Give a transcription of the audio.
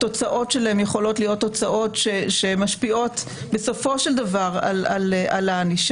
התוצאות שלהם יכולות להיות תוצאות שמשפיעות בסופו של דבר על הענישה.